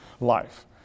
life